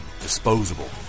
disposable